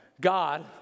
God